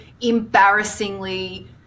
embarrassingly